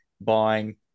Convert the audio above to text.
buying